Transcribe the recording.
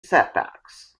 setbacks